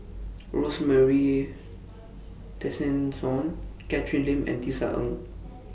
Rosemary Tessensohn Catherine Lim and Tisa Ng